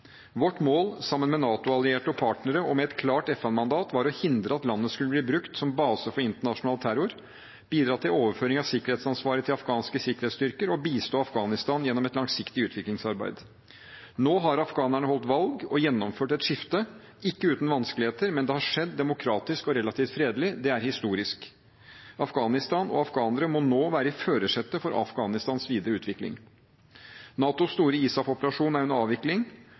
Vårt mål sammen med NATO-allierte og partnere, og med et klart FN-mandat, var å hindre at landet skulle bli brukt som base for internasjonal terror, å bidra til overføring av sikkerhetsansvaret til afghanske sikkerhetsstyrker og å bistå Afghanistan gjennom et langsiktig utviklingsarbeid. Nå har afghanerne holdt valg og gjennomført et skifte – ikke uten vanskeligheter, men det har skjedd demokratisk og relativt fredelig. Det er historisk. Afghanistan og afghanere må nå selv være i førersetet for Afghanistans videre utvikling. NATOs store ISAF-operasjon er under avvikling.